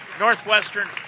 Northwestern